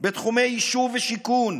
בתחומי יישוב ושיכון,